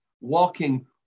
walking